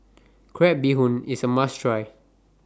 Crab Bee Hoon IS A must Try